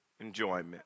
enjoyment